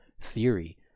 theory